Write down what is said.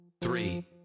three